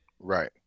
Right